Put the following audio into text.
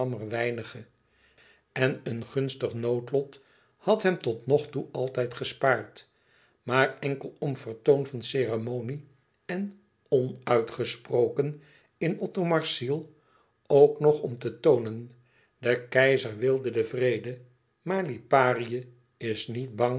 en een gunstig noodlot had hem totnogtoe altijd gespaard maar enkel om vertoon van ceremonie en onuitgesproken in othomars ziel ook nog om te toonen de keizer wilde den vrede maar liparië is niet bang